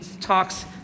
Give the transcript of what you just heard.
talks